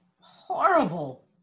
Horrible